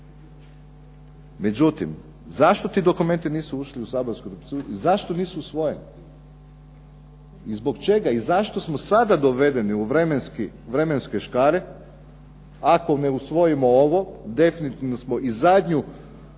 Međutim, zašto ti dokumenti nisu ušli u saborsku proceduru i zašto nisu usvojeni. Zašto smo sada dovedeni u vremenske škare ako ne usvojimo ovo, definitivno smo i zadnju